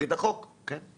נגד החוק, כן.